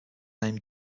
named